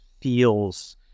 feels